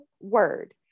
word